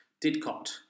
Didcot